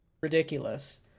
ridiculous